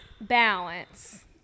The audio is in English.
balance